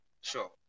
Sure